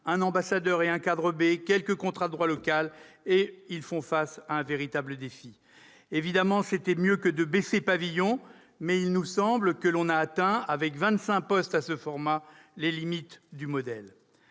un ambassadeur et un cadre de catégorie B, quelques contrats de droit local, et qui font face à un vrai défi. Évidemment, c'était mieux que de baisser pavillon, mais il nous semble que l'on a atteint, avec 25 postes dans ce format, les limites du modèle.